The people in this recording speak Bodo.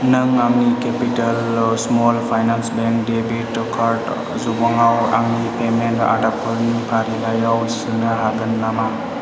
नों आंनि capital small finance bank debit card जबांआव आंनि पेमेन्ट आदबफोरनि फारिलाइयाव सोनो हागोन नामा